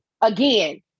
Again